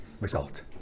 result